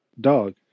dog